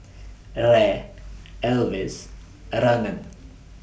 Ray Elvis and Ronin